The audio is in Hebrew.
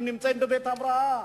הם נמצאים בבית-הבראה,